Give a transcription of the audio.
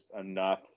enough